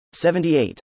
78